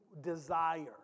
desire